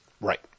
Right